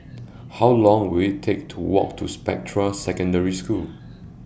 How Long Will IT Take to Walk to Spectra Secondary School